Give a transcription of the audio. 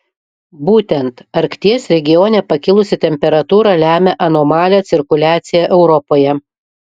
būtent arkties regione pakilusi temperatūra lemia anomalią cirkuliaciją europoje